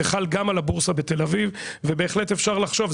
זה חל גם על הבורסה בתל אביב ובהחלט אפשר לחשוב,